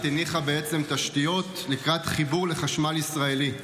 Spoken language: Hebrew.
הניחה תשתיות לקראת חיבור לחשמל ישראלי.